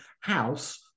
house